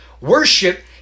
Worship